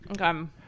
Okay